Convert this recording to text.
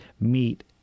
meet